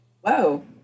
Whoa